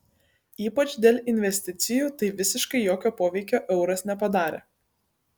ypač dėl investicijų tai visiškai jokio poveikio euras nepadarė